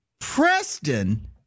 Preston